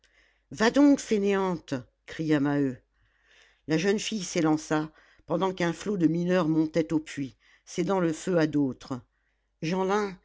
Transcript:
va donc fainéante cria maheu la jeune fille s'élança pendant qu'un flot de mineurs montaient au puits cédant le feu à d'autres jeanlin